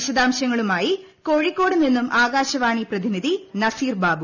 വിശദാംശങ്ങളുമായി കോഴിക്കോട്ടു ് നിന്നും ആകാശവാണി പ്രതിനിധി നസീർ ബാബു